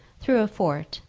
through a fort,